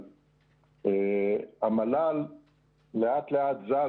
אבל המל"ל לאט-לאט זז,